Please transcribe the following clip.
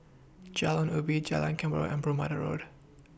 Jalan Ubi Jalan Kemboja and Bermuda Road